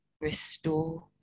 restore